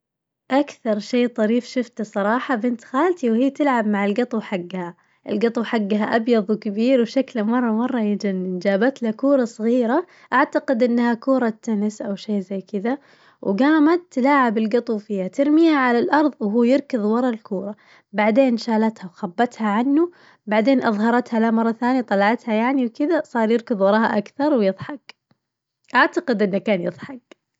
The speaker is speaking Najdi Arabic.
أكثر شي طريف شفته الصراحة بنت خالتي وهي تلعب مع القطو حقها، القطو حقها أبيظ وكبير وشكله مرة مرة يجنن اجابت له كورة صغيرة، أعتقد إنها كورة تنس أو شي زي كذا وقامت تلاعب القطو فيها ترميها على الأرظ وهو يركظ ورا الكورة، بعدين شالتها وخبتها عنه بعدين أظهرتها له مرة ثانية طلعتها يعني وكذا صار يركظ وراها أكثر ويظحك، أعتقد إنه كان يظخك.